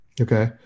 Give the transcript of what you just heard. Okay